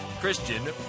Christian